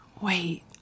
Wait